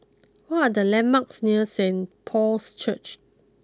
what are the landmarks near Saint Paul's Church